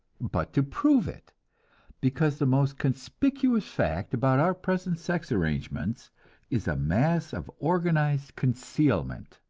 but to prove it because the most conspicuous fact about our present sex-arrangements is a mass of organized concealment.